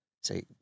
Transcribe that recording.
say